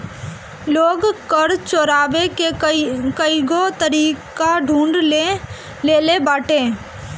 लोग कर चोरावे के कईगो तरीका ढूंढ ले लेले बाटे